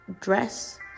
dress